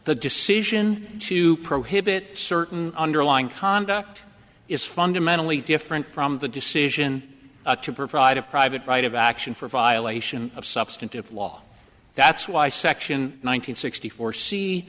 the decision to prohibit certain underlying conduct is fundamentally different from the decision to provide a private right of action for violation of substantive law that's why section nine hundred sixty four